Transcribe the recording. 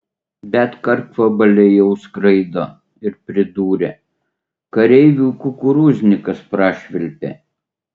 bet karkvabaliai jau skraido ir pridūrė kareivių kukurūznikas prašvilpė